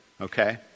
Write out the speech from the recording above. Okay